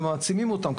ומעצימים אותם,